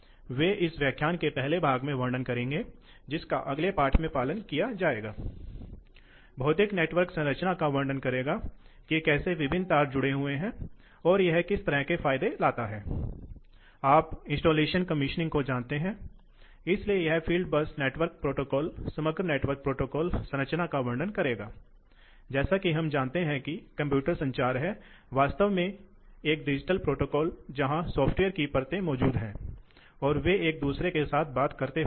इसलिए हम यह देखने जा रहे हैं कि ऐसे अनुप्रयोगों में प्रवाह को कैसे नियंत्रित किया जाना है और फिर हम यह भी देखने जा रहे हैं कि प्रवाह को आमतौर पर मोटर द्वारा पंप चलाकर नियंत्रित किया जाता है लेकिन यदि आप पंप को ड्राइव करते हैं मोटर तो यह एक निश्चित मात्रा में हवा चलाएगी हम कहते हैं अगर आपके पास पंप है तो यह पानी हो सकता है